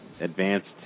advanced